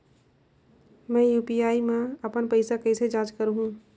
मैं यू.पी.आई मा अपन पइसा कइसे जांच करहु?